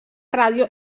ràdio